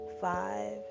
Five